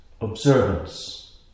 observance